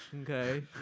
Okay